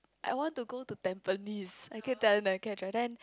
I want to go to Tampines I kept telling the cab driver then